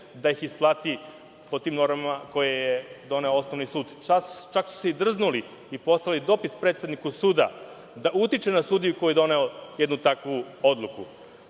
da ih isplati po tim normama koje je doneo Osnovi sud. Čak su se i drznuli i poslali dopis predsedniku suda da utiče na sudiju koji je doneo jednu takvu odluku. Dakle,